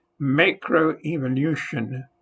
macroevolution